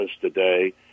today